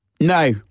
No